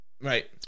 Right